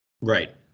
Right